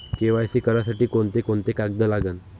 KYC करासाठी कोंते कोंते कागद लागन?